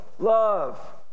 Love